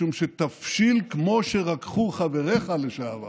משום שתבשיל כמו שרקחו חבריך לשעבר